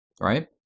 right